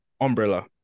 Umbrella